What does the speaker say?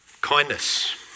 Kindness